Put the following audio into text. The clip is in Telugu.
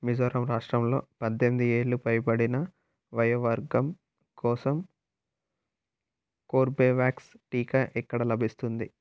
మిజోరం రాష్ట్రంలో పద్దెనిమిది ఏళ్ళు పైబడిన వయో వర్గం కోసం కోర్బేవాక్స్ టీకా ఎక్కడ లభిస్తుంది